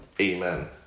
Amen